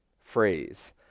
phrase